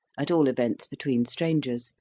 at all events between strangers,